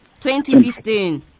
2015